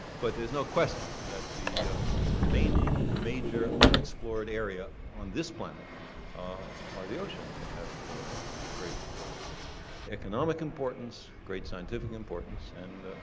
but there's no question that the the remaining major unexplored area on this planet are the oceans. they have a great economic importance, great scientific importance and,